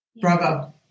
Bravo